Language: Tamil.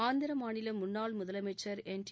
ஆந்திர மாநில முன்னாள் முதலமைச்சர் என்டி